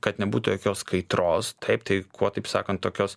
kad nebūtų jokios kaitros taip tai kuo taip sakant tokios